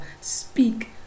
Speak